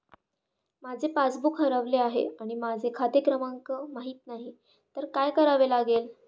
माझे पासबूक हरवले आहे आणि मला खाते क्रमांक माहित नाही तर काय करावे लागेल?